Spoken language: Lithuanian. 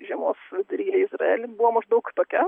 žiemos vidury į izraelį buvo maždaug tokia